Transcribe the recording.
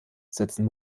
setzen